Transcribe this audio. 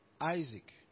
Isaac